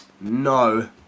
No